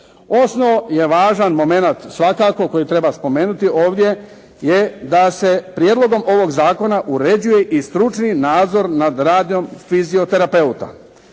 Osmo je važan momenat svakako koji treba spomenuti ovdje, je da se prijedlogom ovog zakona uređuje i stručni nadzor nad radom fizioterapeuta.